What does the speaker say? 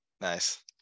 nice